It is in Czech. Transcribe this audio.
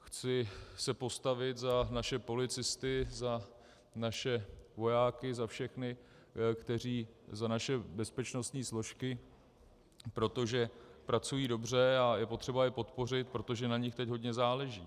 Chci se postavit za naše policisty, za naše vojáky, za všechny, za naše bezpečnostní složky, protože pracují dobře a je potřeba je podpořit, protože na nich teď hodně záleží.